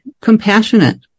compassionate